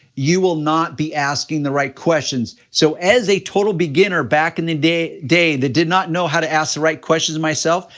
you will not be asking the right questions, so as a total beginner, back in the day, that did not know how to ask the right questions myself,